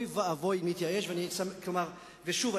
שוב,